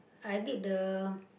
I did the